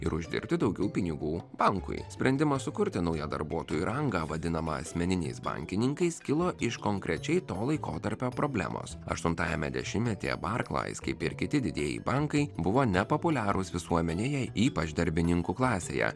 ir uždirbti daugiau pinigų bankui sprendimas sukurti naujų darbuotojų rangą vadinamą asmeniniais bankininkais kilo iš konkrečiai to laikotarpio problemos aštuntajame dešimtmetyje barklais kaip ir kiti didieji bankai buvo nepopuliarūs visuomenėje ypač darbininkų klasėje